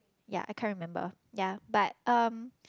ya I can't remember ya but um